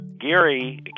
Gary